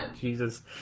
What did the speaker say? Jesus